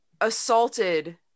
assaulted